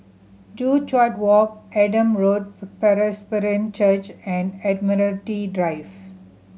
Joo Chiat Walk Adam Road Presbyterian Church and Admiralty Drive